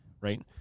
right